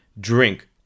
DRINK